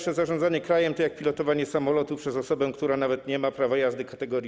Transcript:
Zarządzanie przez was krajem to jak pilotowanie samolotu przez osobę, która nawet nie ma prawa jazdy kat.